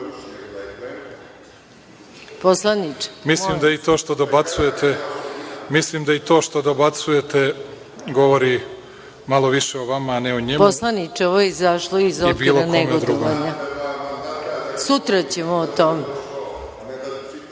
Mislim da i to što dobacujete govori malo više o vama, a ne o njemu i o bilo kome drugom. **Maja Gojković**